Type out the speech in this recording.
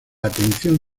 atención